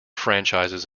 franchises